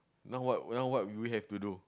now what now what will we have to do